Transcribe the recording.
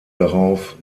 darauf